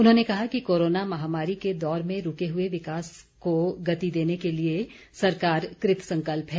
उन्होंने कहा कि कोरोना महामारी के दौर में रूके हुए विकास को गति देने के लिए सरकार कृतसंकल्प है